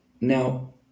Now